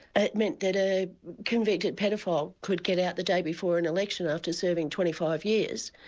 it meant that a convicted paedophile could get out the day before an election after serving twenty five years,